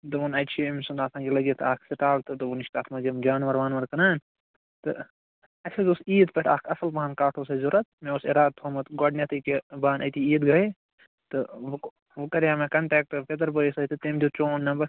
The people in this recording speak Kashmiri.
دوٚپُن اَتہِ چھ أمۍ سُنٛد آسان یہِ لٔگِتھ اکھ سٹال تہٕ دوٚپُن یہِ چھُ تتھ مَنٛز یِم جانوَر وانوَر کٕنان تہٕ اسہِ حظ اوس عیٖد پٮ۪ٹھ اکھ اصٕل پَہان کٹھ اوس اسہ ضروٗرت مےٚ اوس اراد تھوٚمُت گۄڈٕنیٚتھے کہِ بہٕ اَنہٕ أتی عیٖدگَاہے تہٕ وۄنۍ وۄنۍ کریٛاو مےٚ کۄنٹیکٹہٕ پتٕرۍ بھٲیِس سۭتۍ تہٕ تٔمۍ دیٛت چیٛون نمبر